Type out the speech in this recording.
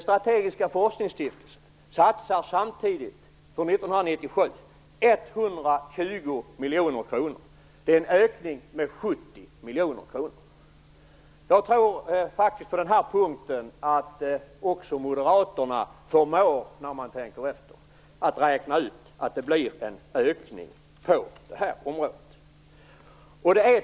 Strategiska forskningsstiftelsen satsar samtidigt 120 miljoner kronor för 1997. Det är en ökning med 70 miljoner kronor. Jag tror faktiskt att också Moderaterna förmår räkna ut att det blir en ökning på det området.